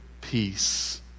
peace